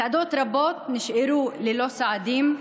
מסעדות רבות נשארו ללא סועדים,